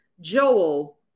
Joel